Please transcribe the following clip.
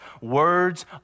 words